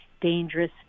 dangerous